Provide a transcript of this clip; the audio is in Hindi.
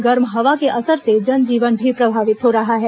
गर्म हवा के असर से जन जीवन भी प्रभावित हो रहा है